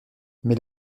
mais